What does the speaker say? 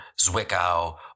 Zwickau